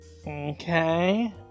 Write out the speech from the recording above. Okay